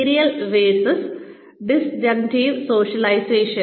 serial versus disjunctive socialisation